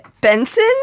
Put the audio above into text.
Benson